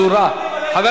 מי זורק אבנים?